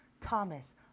thomas